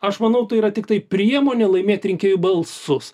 aš manau tai yra tiktai priemonė laimėti rinkėjų balsus